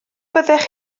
fyddech